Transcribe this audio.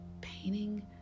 painting